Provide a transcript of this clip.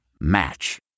Match